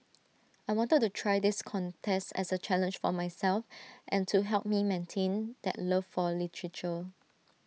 I wanted to try this contest as A challenge for myself and to help me maintain that love for literature